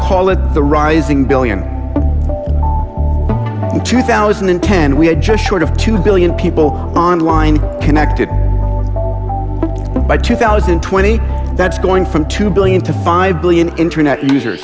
call it the rising billion in two thousand and ten we had just short of two billion people on line connected by two thousand and twenty that's going from two billion to five billion internet user